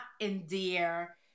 endear